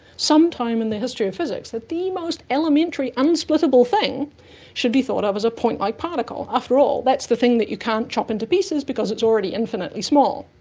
some time in the history of physics that the most elementary, unsplitable thing should be thought of as a point light particle. after all, that's the thing that you can't chop into pieces because it's already infinitely small.